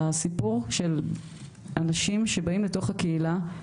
הסיפור של אנשים שבאים לתוך הקהילה,